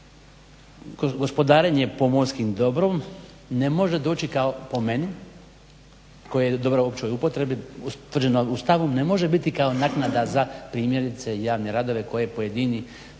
gospodarenje pomorskim dobrom ne može doći kao, po meni, koje je dobro u općoj upotrebi utvrđeno Ustavom, ne može biti kao naknada za primjerice javne radove koje pojedina